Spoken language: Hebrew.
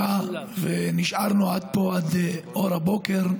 ונשארנו פה עד אור הבוקר,